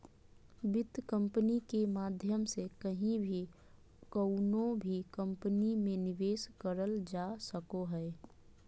वित्त कम्पनी के माध्यम से कहीं भी कउनो भी कम्पनी मे निवेश करल जा सको हय